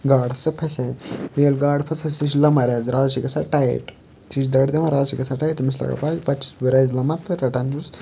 گاڈٕ ہَسا پھسے ییٚلہِ گاڈٕ پھسان سُہ چھِ لَمان رَزِ رز چھِ گژھان ٹایِٹ سُہ چھِ دَرِ دِوان رز چھِ گژھان ٹایِٹ تٔمِس لَگان پَزِ پَتہٕ چھُس بہٕ رَزِ لَمَان تہٕ رَٹان چھُس